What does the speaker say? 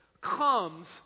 comes